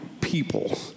people